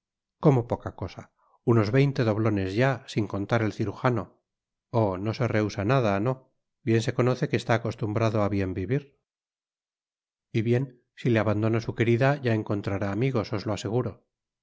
como poca cosa unos veinte doblones ya sin contar el cirujano oh no se rehusa nada no bien se conoce que está acostumbrado á bien vivir y bien si le abandona su querida ya encontrará amigos os lo aseguro